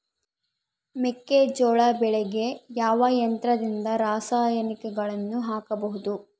ಮೆಕ್ಕೆಜೋಳ ಬೆಳೆಗೆ ಯಾವ ಯಂತ್ರದಿಂದ ರಾಸಾಯನಿಕಗಳನ್ನು ಹಾಕಬಹುದು?